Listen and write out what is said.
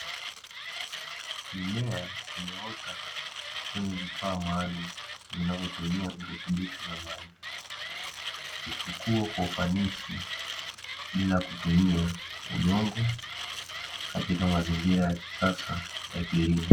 Mimea imeota kwenye vifaa maalumu vinavyotumia virutubisho na maji. Ikikua kwa ufanisi bila kutumia udongo, katika mazingira ya kisasa ya kilimo.